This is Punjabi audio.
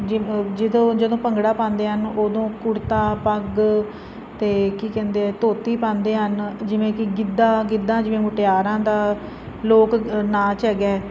ਜਦੋਂ ਜਦੋਂ ਭੰਗੜਾ ਪਾਉਂਦੇ ਆ ਉਦੋਂ ਕੁੜਤਾ ਪੱਗ ਤੇ ਕੀ ਕਹਿੰਦੇ ਆ ਧੋਤੀ ਪਾਉਂਦੇ ਹਨ ਜਿਵੇਂ ਕਿ ਗਿੱਦਾ ਗਿੱਦਾ ਜਿਵੇਂ ਮੁਟਿਆਰਾਂ ਦਾ ਲੋਕ ਨਾਚ ਹੈਗਾ ਠੀਕ ਹੈਗਾ